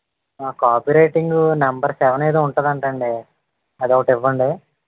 ఆ copy writing number seven ఏదో ఉంటుంది అట అండి అది ఒకటి ఇవ్వండి